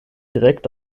direkt